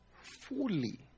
fully